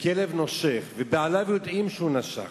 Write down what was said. בכלב נושך ובעליו יודעים שהוא נשך,